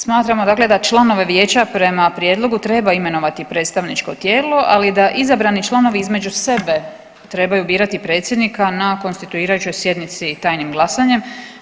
Smatramo dakle da članove vijeća prema prijedlogu treba imenovati predstavničko tijelo, ali da izabrani članovi između sebe trebaju birati predsjednika na konstituirajućoj sjednici tajnim glasanjem.